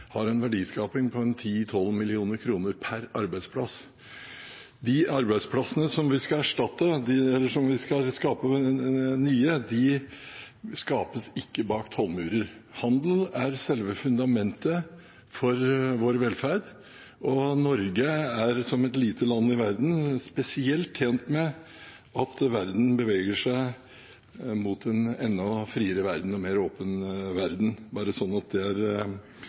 vi skal erstatte, eller de nye som vi skal skape, skapes ikke bak tollmurer. Handel er selve fundamentet for vår velferd, og Norge er som et lite land i verden spesielt tjent med at vi beveger oss mot en enda friere verden og en mer åpen verden – bare sånn at det er